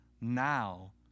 Now